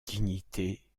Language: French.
dignité